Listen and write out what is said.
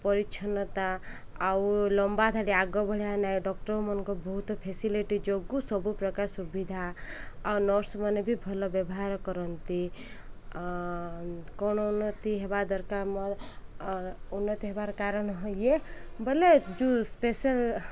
ପରିଚ୍ଛନ୍ନତା ଆଉ ଲମ୍ବା ଧାଡ଼ି ଆଗ ଭଳିଆ ନାହିଁ ଡକ୍ଟରମାନଙ୍କ ବହୁତ ଫେସିଲିଟି ଯୋଗୁଁ ସବୁପ୍ରକାର ସୁବିଧା ଆଉ ନର୍ସମାନେ ବି ଭଲ ବ୍ୟବହାର କରନ୍ତି କ'ଣ ଉନ୍ନତି ହେବା ଦରକାର ଉନ୍ନତି ହେବାର କାରଣ ଇଏ ବୋଲେ ଯେଉଁ ସ୍ପେଶାଲ